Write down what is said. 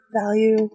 value